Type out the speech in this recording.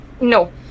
No